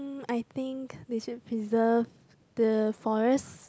I think they should preserve the forest